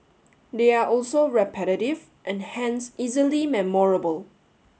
they are also repetitive and hence easily memorable